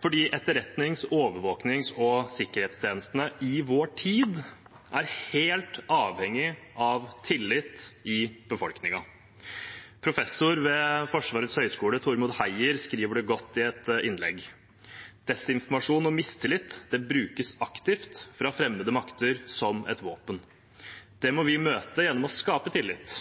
fordi etterretnings-, overvåkings- og sikkerhetstjenestene i vår tid er helt avhengig av tillit i befolkningen. Professor ved Forsvarets høgskole Tormod Heier skriver det godt i et innlegg: Desinformasjon og mistillit brukes aktivt fra fremmede makter som et våpen. Det må vi møte gjennom å skape tillit.